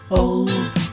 old